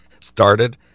started